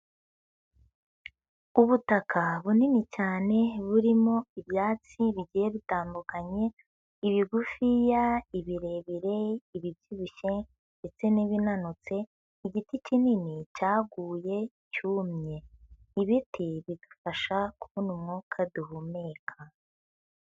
Ubutaka bunini cyane, burimo ibyatsi bigiye bitandukanye, ibigufiya, ibirebire ibibyibushye ndetse n'ibinanutse, igiti kinini cyaguye cyumye. Ibiti bifasha kubona umwuka duhumeka.